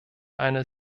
eine